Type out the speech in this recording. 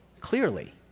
clearly